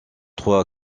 trois